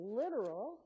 literal